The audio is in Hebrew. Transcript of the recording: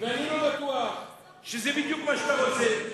ואני לא בטוח שזה בדיוק מה שאתה רוצה.